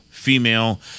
Female